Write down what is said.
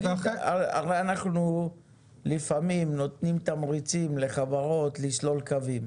הרי אנחנו לפעמים נותנים תמריצים לחברות לסלול קווים.